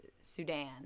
sudan